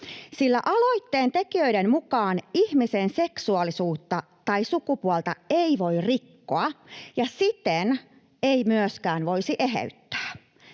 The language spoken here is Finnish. sillä aloitteen tekijöiden mukaan ihmisen seksuaalisuutta tai sukupuolta ei voi rikkoa ja siten ei myöskään voisi eheyttää.